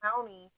county